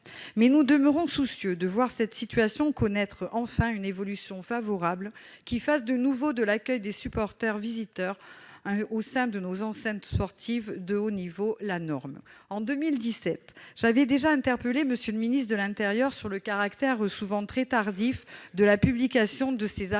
mais nous souhaitons voir cette situation connaître enfin une évolution favorable, afin que l'accueil des supporters visiteurs dans nos enceintes sportives de haut niveau redevienne la norme. En 2017, j'avais déjà interpellé le ministre de l'intérieur sur le caractère souvent très tardif de la publication de ces arrêtés,